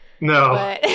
No